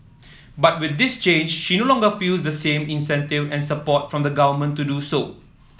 but with this change she no longer feels the same incentive and support from the Government to do so